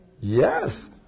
Yes